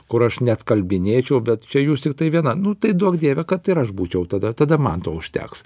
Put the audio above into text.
kur aš neatkalbinėčiau bet čia jūs tiktai viena nu tai duok dieve kad ir aš būčiau tada tada man to užteks